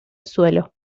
suelo